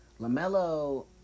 LaMelo